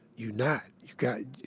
you not you got.